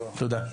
תודה.